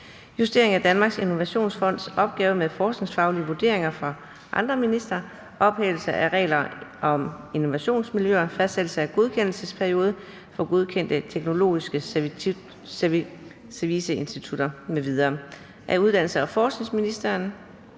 (Justering af Danmarks Innovationsfonds opgave med forskningsfaglige vurderinger for andre ministre, ophævelse af regler om innovationsmiljøer, fastsættelse af godkendelsesperiode for godkendte teknologiske serviceinstitutter m.v.). Af uddannelses- og forskningsministeren